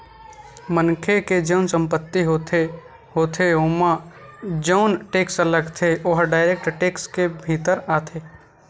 मनखे के जउन संपत्ति होथे होथे ओमा जउन टेक्स लगथे ओहा डायरेक्ट टेक्स के भीतर आथे